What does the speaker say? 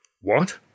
What